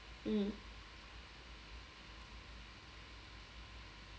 mm